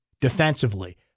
defensively